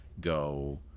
go –